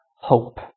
hope